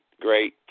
great